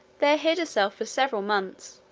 there hid herself for several months,